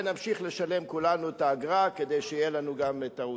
ונמשיך לשלם כולנו את האגרה כדי שיהיה לנו גם ערוץ-1.